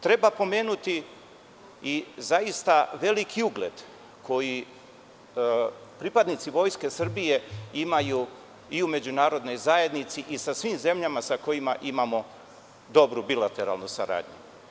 Treba pomenuti i zaista veliki ugled koji pripadnici vojske Srbije imaju i u međunarodnoj zajednici i sa svim zemljama sa kojima imamo dobru bilateralnu saradnju.